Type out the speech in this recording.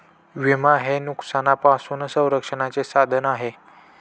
विमा हे नुकसानापासून संरक्षणाचे साधन आहे